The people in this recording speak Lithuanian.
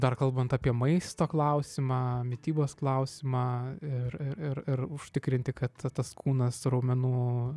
dar kalbant apie maisto klausimą mitybos klausimą ir i ir ir užtikrinti kad tas kūnas raumenų